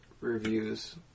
reviews